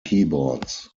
keyboards